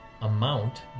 amount